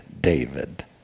David